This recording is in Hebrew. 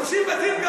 הורסים בתים.